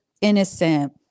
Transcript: innocent